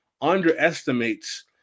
underestimates